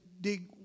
dig